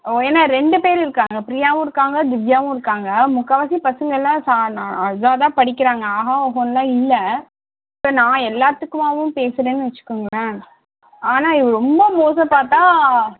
ஓ ஏன்னா ரெண்டு பேர் இருக்காங்க ப்ரியாவும் இருக்காங்க திவ்யாவும் இருக்காங்க முக்கால்வாசி பசங்கள்லாம் ச நான் இதா தான் படிக்கிறாங்க ஆகா ஓஹோன்லாம் இல்லை இப்போ நான் எல்லாத்துக்காகவும் பேசுறேன்னு வச்சுக்கோங்கள ஆனால் இது ரொம்ப மோசம் பார்த்தா